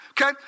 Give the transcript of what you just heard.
Okay